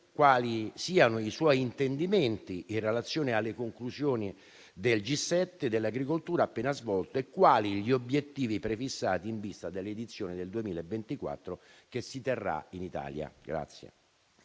quali siano gli intendimenti del Ministro in relazione alle conclusioni del G7 dell'agricoltura appena svolto e quali gli obiettivi prefissati in vista dell'edizione del 2024, che si terrà in Italia.